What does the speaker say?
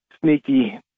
sneaky